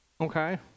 Okay